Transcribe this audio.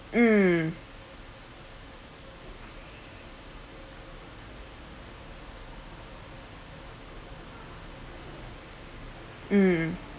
mm mm